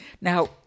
Now